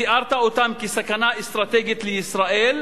תיארת אותם כסכנה אסטרטגית לישראל,